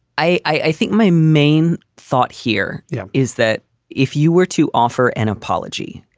i i think my main thought here yeah is that if you were to offer an apology,